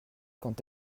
quand